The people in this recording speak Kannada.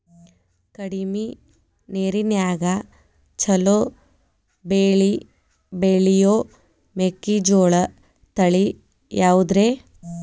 ಕಡಮಿ ನೇರಿನ್ಯಾಗಾ ಛಲೋ ಬೆಳಿ ಬೆಳಿಯೋ ಮೆಕ್ಕಿಜೋಳ ತಳಿ ಯಾವುದ್ರೇ?